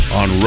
on